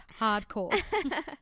hardcore